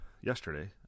yesterday